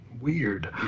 Weird